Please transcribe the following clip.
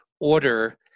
order